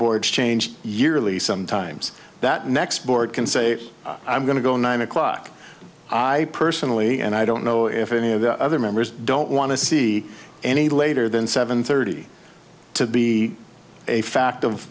boy changed yearly some times that next board can say i'm going to go nine o'clock i personally and i don't know if any of the other members don't want to see any later than seven thirty to be a fact of